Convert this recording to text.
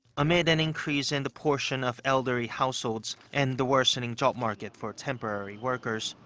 amid an increase in the portion of elderly households and the worsening job market for temporary workers.